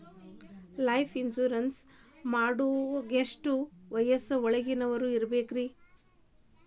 Life insurance ಮಾಡಾಕ ಎಷ್ಟು ವರ್ಷದ ಒಳಗಿನವರಾಗಿರಬೇಕ್ರಿ?